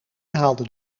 haalde